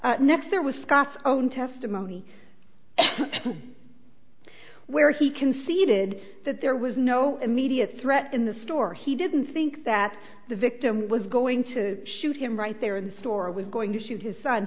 happened next there was scott's own testimony where he conceded that there was no immediate threat in the store he didn't think that the victim was going to shoot him right there in the store was going to shoot his son